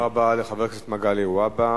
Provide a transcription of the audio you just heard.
תודה רבה לחבר הכנסת מגלי והבה.